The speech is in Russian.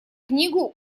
книгу